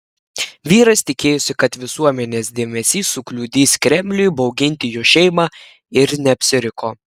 vyras tikėjosi kad visuomenės dėmesys sukliudys kremliui bauginti jo šeimą ir neapsiriko